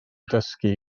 dysgu